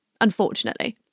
unfortunately